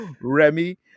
Remy